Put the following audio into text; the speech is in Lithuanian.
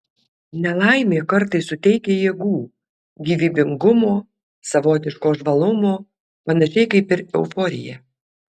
nelaimė kartais suteikia jėgų gyvybingumo savotiško žvalumo panašiai kaip ir euforija